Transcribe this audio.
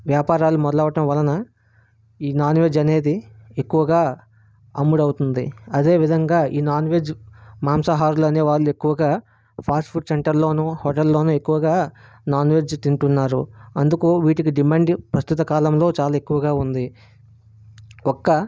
వ్యాపారాలు మొదలవటం వలన ఈ నాన్ వెజ్ అనేది ఎక్కువగా అమ్ముడు అవుతుంది అదేవిధంగా ఈ నాన్ వెజ్ మాంసాహారులు అనేవాళ్ళు ఎక్కువగా ఫాస్ట్ ఫుడ్ సెంటర్లోనూ హోటల్లోనూ ఎక్కువగా నాన్ వెజ్ తింటున్నారు అందుకు వీటికి డిమాండ్ ప్రస్తుత కాలంలో చాలా ఎక్కువగా ఉంది ఒక్క